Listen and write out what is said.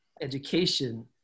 education